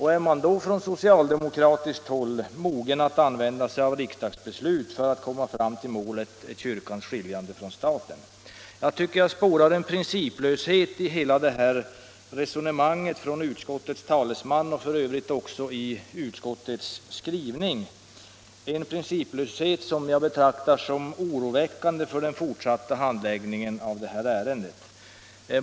Är man då från socialdemokratiskt håll mogen att använda sig av riksdagsbeslut för att komma fram till målet kyrkans skiljande från staten? Jag tycker mig spåra en principlöshet i hela resonemanget från utskottets talesman och f. ö. också i utskottets skrivning, en principlöshet som jag betraktar som oroväckande för den fortsatta handläggningen av detta ärende.